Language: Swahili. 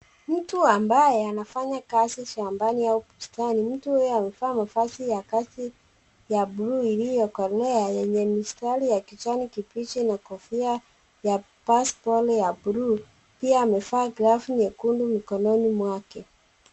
Mtu ambaye anafanya kazi shambani au bustani, mtu huyo amevaa mavazi ya kazi ya bluu iliyokolea yenye mistari ya kijani kibichi na kofia ya Baseball ya bluu ia amevaa glovu nyekundu mkonni mwake.